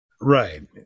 Right